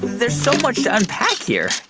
there's so much unpack here.